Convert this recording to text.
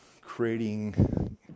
creating